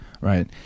right